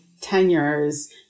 tenures